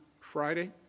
Friday